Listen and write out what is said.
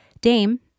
Dame